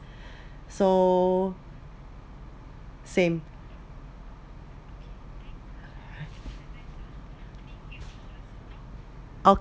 so same